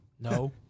no